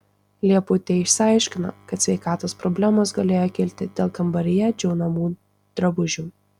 lieputė išsiaiškino kad sveikatos problemos galėjo kilti dėl kambaryje džiaunamų drabužių